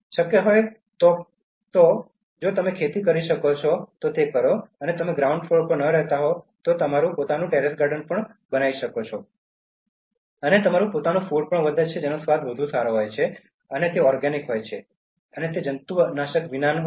શક્ય હોય તો પણ જો તમે ખેતી કરી શકો જો તમે ગ્રાઉન્ડ ફ્લોર પર ન રહેતા હોવ તો પણ તમારું પોતાનું ટેરેસ ગાર્ડન હોઈ શકે છે અને તમારું પોતાનું ફૂડ પણ વધે છે જેનો સ્વાદ વધુ સારો હોય છે અને તે ઓર્ગેનિક છે અને તે જંતુનાશકો વિના છે